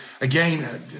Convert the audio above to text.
Again